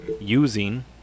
using